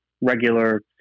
regular